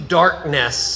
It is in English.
darkness